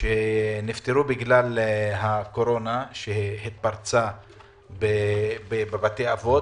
שנפטרו בגלל הקורונה שהתפרצה בבתי האבות